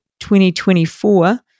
2024